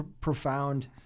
profound